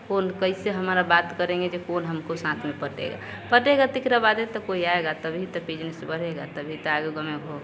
कौन कैसे हमसे बात करेंगे कि कौन हमसे साथ में पटेगा पटेगा तो इसके बाद ही तो कोई आएगा तभी तो बिजनिस बढ़ेगा तभी तो आगे में को हो